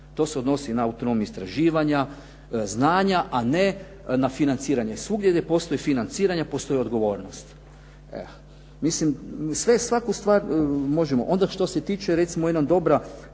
To se odnosi na autonomiju istraživanja, znanja, a ne na financiranje. Svugdje gdje postoji financiranje, postoji odgovornost. Onda što se tiče recimo